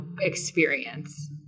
experience